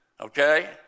okay